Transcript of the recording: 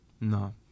No